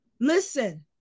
listen